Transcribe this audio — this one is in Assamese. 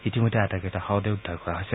ইতিমধ্যে আটাইকেইটা শৱদেহ উদ্ধাৰ কৰা হৈছে